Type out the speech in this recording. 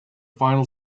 final